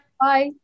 Bye